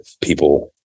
people